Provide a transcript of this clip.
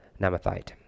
Namathite